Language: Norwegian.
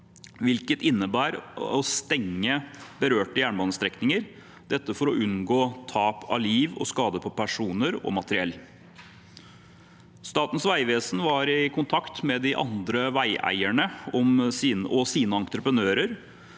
hvilket innebar å stenge berørte jernbanestrekninger for å unngå tap av liv og skade på personer og materiell. Statens vegvesen var i kontakt med de andre veieierne og sine entreprenører